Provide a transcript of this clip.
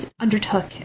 undertook